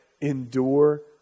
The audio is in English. Endure